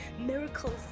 miracles